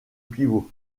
pivot